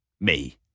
Me